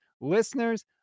listeners